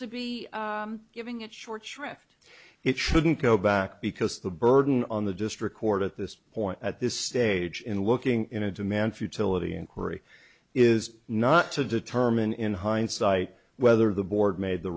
to be giving it short shrift it shouldn't go back because the burden on the district court at this point at this stage in looking in a demand futility inquiry is not to determine in hindsight whether the board made the